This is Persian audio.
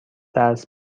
درس